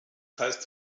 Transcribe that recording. heißt